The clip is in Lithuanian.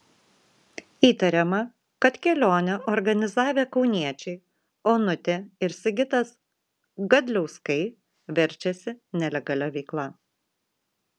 įtariama kad kelionę organizavę kauniečiai onutė ir sigitas gadliauskai verčiasi nelegalia veikla